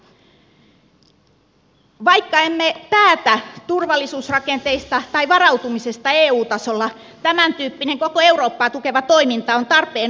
vaikka emme päätä turvallisuusrakenteista tai varautumisesta eu tasolla tämäntyyppinen koko eurooppaa tukeva toiminta on tarpeen uudelleen arvioida